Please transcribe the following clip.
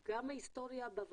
הישיבה.